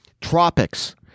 Tropics